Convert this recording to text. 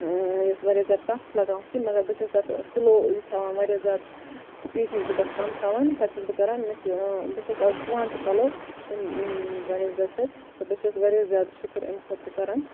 یۄس واریاہ زیادٕ ٹَف چھِ لَگان ہُتھ کنۍ مگر بہٕ چھَس تتھ سلو یہِ تھاوان واریاہ زیادٕ سپیٖڈ چھَس بہٕ تتھ کم تھاوان پَتہٕ چھَس بہٕ کَران مےٚ چھِ بہٕ چھَس آز سُوان تہِ پَلو بنسبَت سۭتۍ تہٕ بہٕ چھَس واریاہ زیاد شُکُر امہِ خٲطرٕ کَران